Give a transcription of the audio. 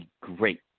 great